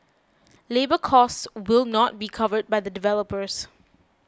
labour cost will not be covered by the developers